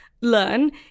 Learn